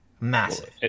Massive